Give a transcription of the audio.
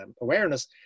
awareness